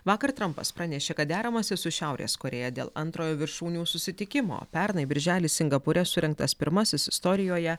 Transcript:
vakar trampas pranešė kad deramasi su šiaurės korėja dėl antrojo viršūnių susitikimo pernai birželį singapūre surengtas pirmasis istorijoje